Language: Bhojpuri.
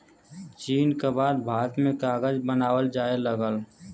चीन क बाद भारत में कागज बनावल जाये लगल